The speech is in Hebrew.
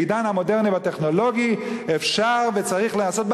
בעידן המודרני והטכנולוגי אפשר וצריך לעשות,